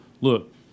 look